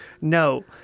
No